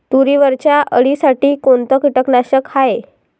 तुरीवरच्या अळीसाठी कोनतं कीटकनाशक हाये?